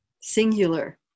singular